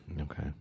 Okay